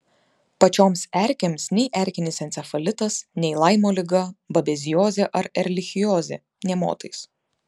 pačioms erkėms nei erkinis encefalitas nei laimo liga babeziozė ar erlichiozė nė motais